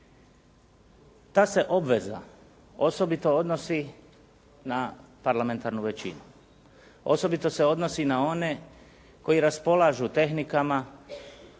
Ta se obveza osobito odnosi na parlamentarnu većinu. Osobito se odnosi na one koji raspolažu tehnikama